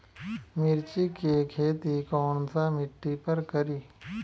मिर्ची के खेती कौन सा मिट्टी पर करी?